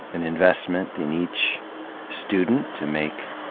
an investment in each student to make,